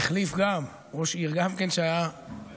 הוא החליף ראש עיר שגם היה מצוין,